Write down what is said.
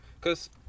cause